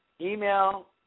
email